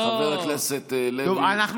חבר הכנסת לוי, תודה.